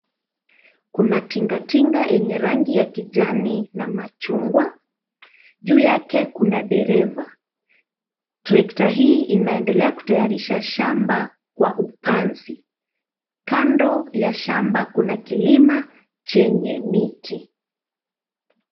Kuna tinga tinga yenye rangi ya kijani na machungwa, juu yake kuna dereva. Trekta hii inaendelea kutayarisha shamba kwa upanzi, kando ya shamba kuna kilima chenye miti.